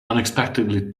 unexpectedly